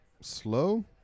slow